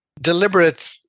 deliberate